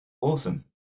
Awesome